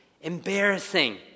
embarrassing